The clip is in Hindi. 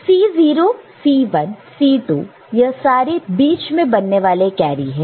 C0 C1 C2 यह सारे बीच में बनने वाले कैरी है